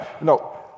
no